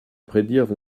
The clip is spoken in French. prédire